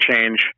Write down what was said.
change